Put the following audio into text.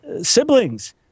siblings